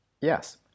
yes